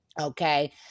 Okay